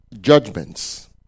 judgments